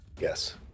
Yes